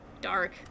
Dark